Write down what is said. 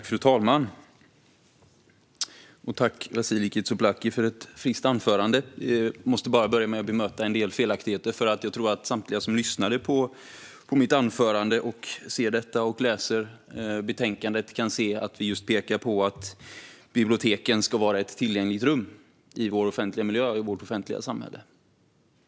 Fru talman! Tack, Vasiliki Tsouplaki, för ett friskt anförande! Jag måste börja med att bemöta en del felaktigheter, för jag tror att samtliga som lyssnade på mitt anförande, som ser detta och som läser betänkandet kan se att vi pekar på att biblioteken ska vara ett tillgängligt rum i vår offentliga miljö och vårt offentliga samhälle.